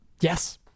yes